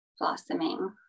blossoming